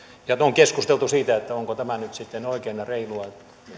on keskusteltu siitä onko tämä nyt sitten oikein ja reilua